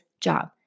job